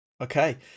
Okay